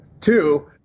Two